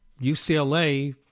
UCLA